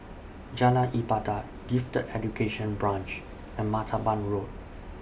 Jalan Ibadat Gifted Education Branch and Martaban Road